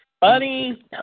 buddy